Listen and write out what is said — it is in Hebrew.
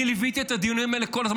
אני ליוויתי את הדיונים האלה כל הזמן,